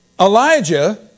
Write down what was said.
Elijah